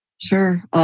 Sure